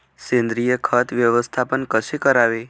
सेंद्रिय खत व्यवस्थापन कसे करावे?